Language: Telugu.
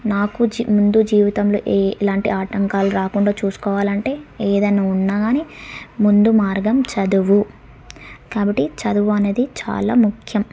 నాకు ముందు జీవితంలో ఏ ఇలాంటి ఆటంకాలు రాకుండా చూసుకోవాలంటే ఏదన్నా ఉన్నా కానీ ముందు మార్గం చదువు కాబట్టి చదువు అనేది చాలా ముఖ్యం